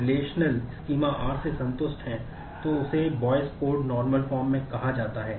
relations में कहा जाता है